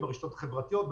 ברשות החברתיות,